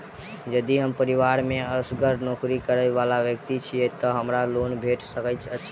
यदि हम परिवार मे असगर नौकरी करै वला व्यक्ति छी तऽ हमरा लोन भेट सकैत अछि?